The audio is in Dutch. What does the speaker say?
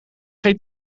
geen